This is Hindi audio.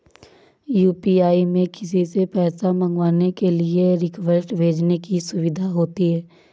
यू.पी.आई में किसी से पैसा मंगवाने के लिए रिक्वेस्ट भेजने की सुविधा होती है